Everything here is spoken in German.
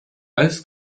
als